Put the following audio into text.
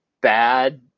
bad